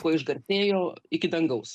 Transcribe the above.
kuo išgarsėjo iki dangaus